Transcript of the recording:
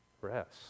Rest